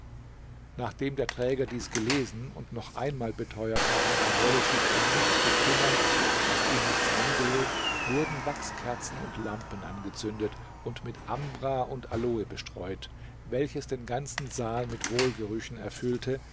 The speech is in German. nachdem der träger dies gelesen und noch einmal beteuert hatte er wolle sich um nichts bekümmern was ihn nichts angehe wurden wachskerzen und lampen angezündet und mit ambra und aloe bestreut welches den ganzen saal mit wohlgerüchen erfüllte